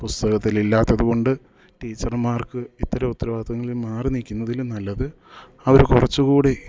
പുസ്തകത്തിൽ ഇല്ലാത്തതുകൊണ്ട് ടീച്ചർമാർക്ക് ഇത്തരം ഉത്തരവാദിത്ത്വങ്ങളിൽ മാറി നിൽക്കുന്നതിലും നല്ലത് അവർ കുറച്ചുകൂടി